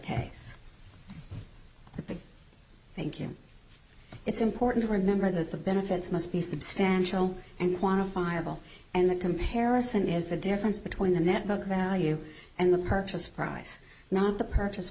big thank you it's important to remember that the benefits must be substantial and quantifiable and the comparison is the difference between the net book value and the purchase price not the purchase